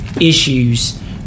issues